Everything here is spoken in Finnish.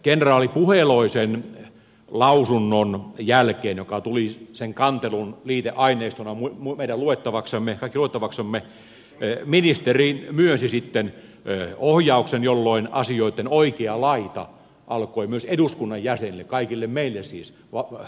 kenraali puheloisen lausunnon jälkeen joka tuli sen kantelun liiteaineistona meidän kaikkien luettavaksemme ministeri myönsi sitten ohjauksen jolloin asioitten oikea laita alkoi myös eduskunnan jäsenille kaikille meille siis valjeta